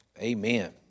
Amen